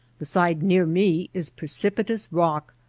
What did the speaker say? the side near me is precipitous rock,